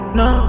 no